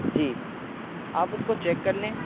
جی آپ اس کو چیک کر لیں